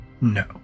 No